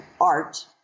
art